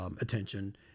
attention